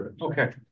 okay